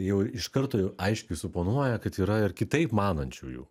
jau iš karto aiškiai suponuoja kad yra ir kitaip manančiųjų